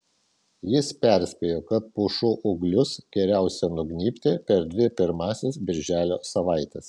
jis perspėjo kad pušų ūglius geriausiai nugnybti per dvi pirmąsias birželio savaites